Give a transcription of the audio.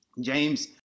James